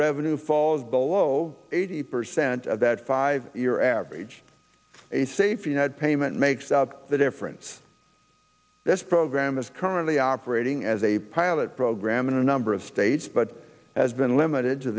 revenue falls below eighty percent of that five year average a safety net payment makes up the difference this program is currently operating as a pilot program in a number of states but has been limited to